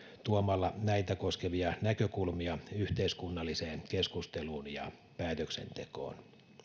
tuomalla näitä koskevia näkökulmia yhteiskunnalliseen keskusteluun ja päätöksentekoon